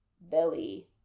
Belly